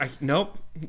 Nope